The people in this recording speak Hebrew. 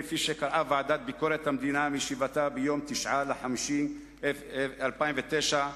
כפי שקראה הוועדה לביקורת המדינה בישיבתה ב-9 במאי 2009,